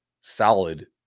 solid